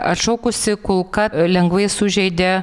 atšokusi kulka lengvai sužeidė